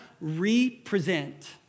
represent